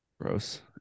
gross